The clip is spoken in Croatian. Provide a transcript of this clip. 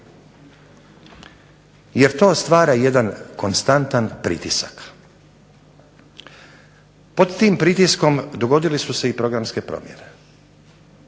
jer to stvara jedan konstantan pritisak. Pod pritiskom dogodili su se i programske promjene.